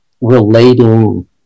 relating